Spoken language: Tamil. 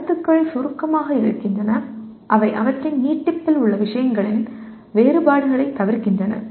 கருத்துக்கள் சுருக்கமாக இருக்கின்றன அவை அவற்றின் நீட்டிப்பில் உள்ள விஷயங்களின் வேறுபாடுகளைத் தவிர்க்கின்றன